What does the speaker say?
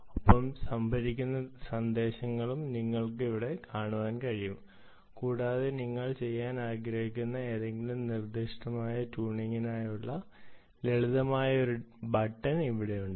ഒപ്പം സംഭരിച്ച സന്ദേശങ്ങളും നിങ്ങൾക്ക് അവിടെ കാണാനാകും കൂടാതെ നിങ്ങൾ ചെയ്യാൻ ആഗ്രഹിക്കുന്ന ഏതെങ്കിലും നിർദ്ദിഷ്ട ട്യൂണിംഗിനായി ലളിതമായ ഒരു ബട്ടൺ ഇവിടെയുണ്ട്